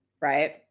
right